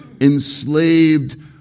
enslaved